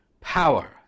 power